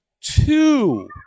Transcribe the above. two